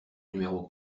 numéro